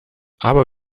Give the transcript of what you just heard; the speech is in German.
aber